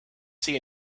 see